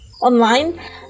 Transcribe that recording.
online